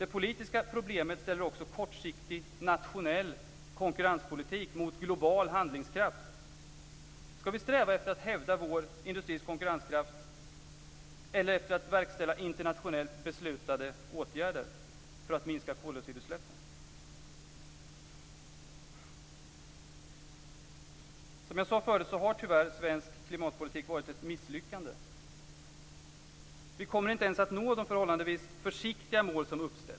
Det politiska problemet ställer också kortsiktig nationell konkurrenspolitik mot global handlingskraft. Ska vi sträva efter att hävda vår industris konkurrenskraft eller efter att verkställa internationellt beslutade åtgärder för att minska koldioxidutsläppen? Som jag sade förut har tyvärr svensk klimatpolitik varit ett misslyckande.